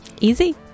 Easy